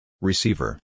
Receiver